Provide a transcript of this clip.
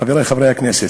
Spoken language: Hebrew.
חברי חברי הכנסת,